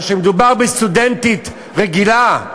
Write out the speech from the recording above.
אבל כשמדובר בסטודנטית רגילה,